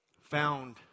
found